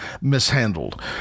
mishandled